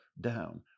down